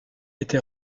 été